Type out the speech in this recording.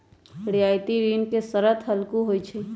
रियायती ऋण के शरत हल्लुक होइ छइ